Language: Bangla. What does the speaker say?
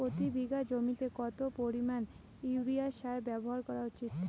প্রতি বিঘা জমিতে কত পরিমাণ ইউরিয়া সার ব্যবহার করা উচিৎ?